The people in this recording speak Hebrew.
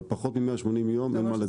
פחות מ-180 ימים, אין מה לדבר.